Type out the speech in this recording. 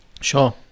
Sure